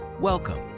Welcome